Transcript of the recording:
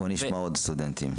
בוא נשמע עוד סטודנטים.